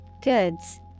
Goods